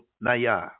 Naya